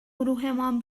گروهمان